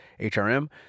HRM